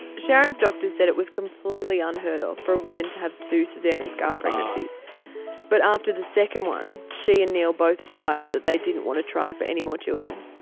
sharon's doctor said it was completely unheard of for a woman to have two so caesarean scar pregnancies but after the second one she and neil both decided that they didn't want to try for any more children.